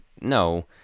no